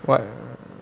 what